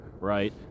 right